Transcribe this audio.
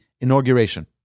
inauguration